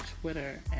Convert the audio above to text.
twitter